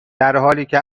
درحالیکه